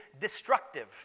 destructive